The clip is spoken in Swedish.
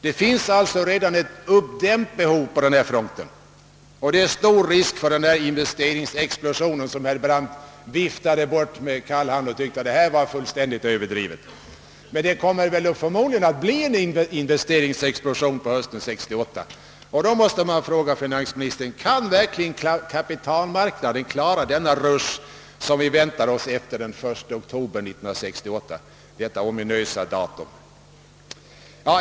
Det finns alltså redan ett uppdämt behov på den fronten. Det är stor risk för en »investeringsexplosion» som herr Brandt viftade bort med kall hand; han tyckte att det var i hög grad överdrivet att tala om en sådan. Men det kommer förmodligen att bli en »investeringsexplosion» på hösten 1968, och jag vill fråga finansministern: Kan kapitalmarknaden klara den rush som vi väntar oss efter den 1 oktober 1968?